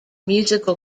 musical